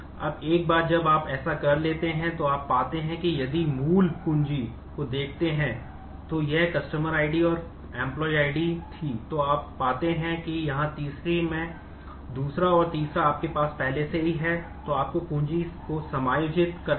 अब एक बार जब आप ऐसा कर लेते हैं तो आप पाते हैं कि यदि आप मूल कुंजी है